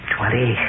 Twenty